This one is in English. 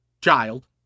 child